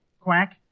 quack